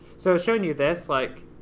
so showing you this, like,